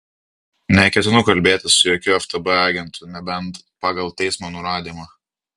neketinu kalbėtis su jokiu ftb agentu nebent pagal teismo nurodymą